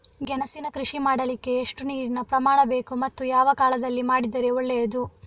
ಗೆಣಸಿನ ಕೃಷಿ ಮಾಡಲಿಕ್ಕೆ ಎಷ್ಟು ನೀರಿನ ಪ್ರಮಾಣ ಬೇಕು ಮತ್ತು ಯಾವ ಕಾಲದಲ್ಲಿ ಮಾಡಿದರೆ ಒಳ್ಳೆಯದು?